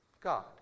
God